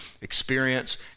experience